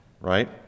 right